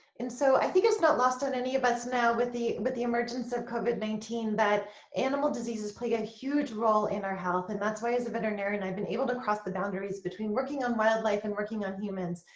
and so i think it's not lost on any of us now with the with the emergence of covid nineteen that animal diseases play a huge role in our health and that's why as a veterinarian i've been able to cross the boundaries between working on wildlife and working on humans.